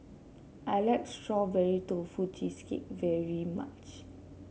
I like Strawberry Tofu Cheesecake very much